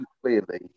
clearly